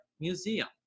museum